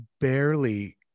barely